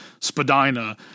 Spadina